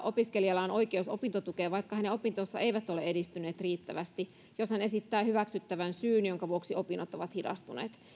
opiskelijalla on oikeus opintotukeen vaikka hänen opintonsa eivät ole edistyneet riittävästi jos hän esittää hyväksyttävän syyn jonka vuoksi opinnot ovat hidastuneet